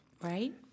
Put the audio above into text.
Right